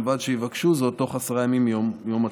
ובלבד שיבקשו זאת בתוך עשרה ימים מיום התחילה.